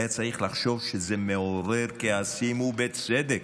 היה צריך לחשוב שזה מעורר כעסים, ובצדק,